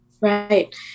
Right